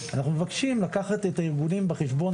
אנחנו מבקשים לקחת את הארגונים בחשבון